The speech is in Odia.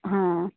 ହଁ